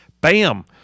bam